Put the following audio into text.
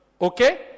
Okay